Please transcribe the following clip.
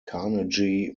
carnegie